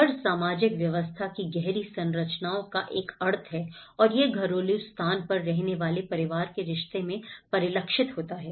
घर सामाजिक व्यवस्था की गहरी संरचनाओं का एक अर्थ है और ये घरेलू स्थान पर रहने वाले परिवार के रिश्ते में परिलक्षित होता है